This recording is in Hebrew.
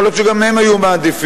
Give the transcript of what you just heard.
יכול להיות שגם הם היו מעדיפים,